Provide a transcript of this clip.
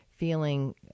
feeling